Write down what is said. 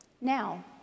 Now